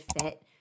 fit